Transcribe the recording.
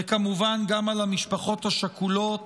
וכמובן, גם על המשפחות השכולות.